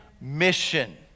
mission